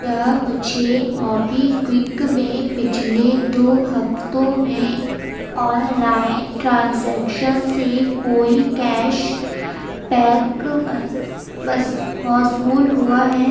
کیا مجھے MobiKwik میں پچھلے دو ہفتوں میں آن لائن ٹرانزیکشن سے کوئی کیش بیک موصول ہوا ہے